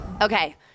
Okay